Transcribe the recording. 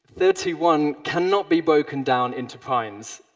thirty one cannot be broken down into primes,